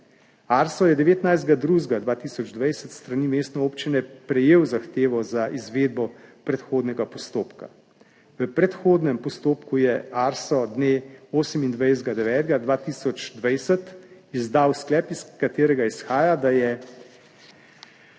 ARSO je 19. 2. 2020 s strani mestne občine prejel zahtevo za izvedbo predhodnega postopka. V predhodnem postopku je ARSO dne 28. 9. 2020 izdal sklep, iz katerega izhaja, da je